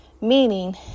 meaning